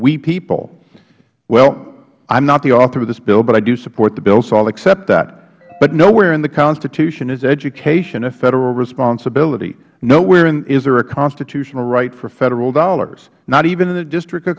we people well i am not the author of this bill but i do support the bill so i will accept that but nowhere in the constitution is education a federal responsibility nowhere is there a constitutional right for federal dollars not even in the district of